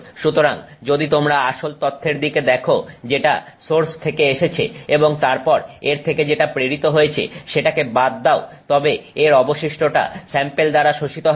সুতরাং যদি তোমরা আসল তথ্যের দিকে দেখো যেটা সোর্স থেকে এসেছে এবং তারপর এর থেকে যেটা প্রেরিত হয়েছে সেটাকে বাদ দাও তবে এর অবশিষ্টটা স্যাম্পেল দ্বারা শোষিত হবে